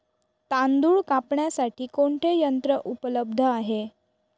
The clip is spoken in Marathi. तांदूळ कापण्यासाठी कोणते यंत्र उपलब्ध आहे?